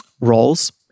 roles